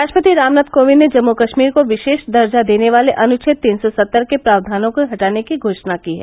राष्ट्रपति रामनाथ कोविंद ने जम्मू कश्मीर को विशेष दर्जा देने वाले अनुच्छेद तीन सौ सत्तर के प्रावधानों को हटाने की घोषणा की है